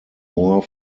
more